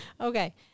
Okay